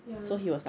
ya